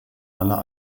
aller